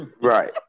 Right